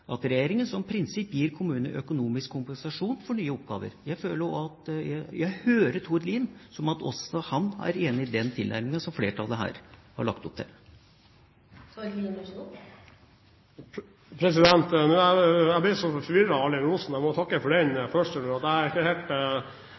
regjeringen som prinsipp, gir kommunene økonomisk kompensasjon for nye oppgaver». Jeg hører Tord Lien som om også han er enig i den tilnærmingen som flertallet her har lagt opp til. Jeg blir så forvirret av all denne rosen! Jeg må takke for den først. Jeg